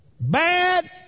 bad